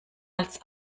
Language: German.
als